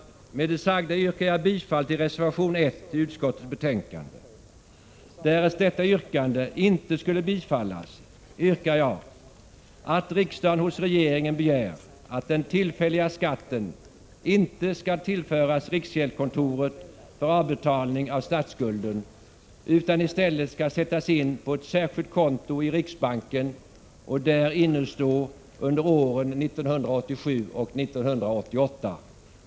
Med det sagda yrkar jag bifall till reservation 1 till utskottets betänkande. Därest detta yrkande inte skulle bifallas, yrkar jag att riksdagen hos regeringen begär att den tillfälliga skatten inte skall tillföras riksgäldskontoret för avbetalning av statsskulden utan i stället skall sättas in på ett särskilt konto i riksbanken och där innestå under åren 1987 och 1988.